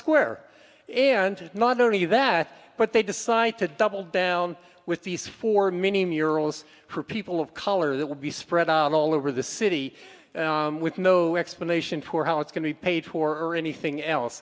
square and not only that but they decide to double down with these for many murals for people of color that will be spread out all over the city with no explanation for how it's going to be paid for anything else